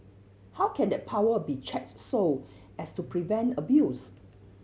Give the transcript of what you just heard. how can that power be checked so as to prevent abuse